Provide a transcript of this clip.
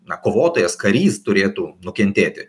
na kovotojas karys turėtų nukentėti